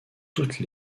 toutes